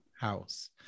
house